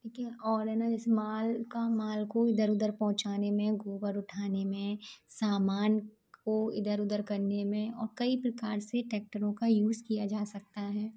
ठीक है और है ना जैसे माल का माल को इधर उधर पहुंचाने में गोबर उठाने में सामान को इधर उधर करने में और कई प्रकार से टैक्टरों का यूज़ किया जा सकता है